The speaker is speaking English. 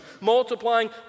Multiplying